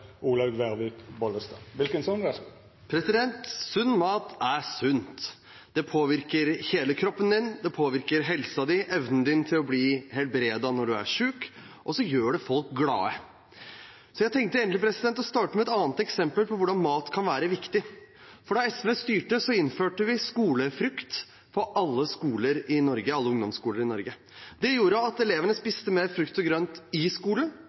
sunt. Det påvirker hele kroppen, det påvirker helsa, det påvirker evnen til å bli helbredet når man er syk, og det gjør folk glade. Så jeg tenkte egentlig å starte med et annet eksempel på hvordan mat kan være viktig. Da SV styrte, innførte vi skolefrukt på alle ungdomsskoler i Norge. Det gjorde at elevene spiste mer frukt i skolen, det gjorde også at de spiste mer frukt og grønt etter skolen,